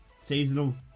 seasonal